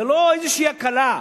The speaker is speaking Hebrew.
זה לא איזושהי הקלה,